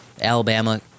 Alabama